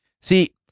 See